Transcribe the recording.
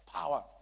power